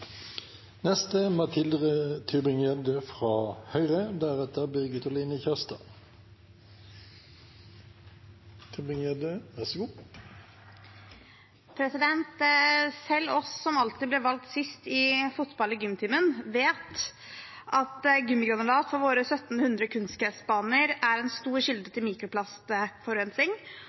Selv oss som alltid ble valgt sist i fotball i gymtimen, vet at gummigranulat fra våre 1 700 kunstgressbaner er en stor kilde til mikroplastforurensning.